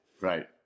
right